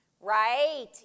Right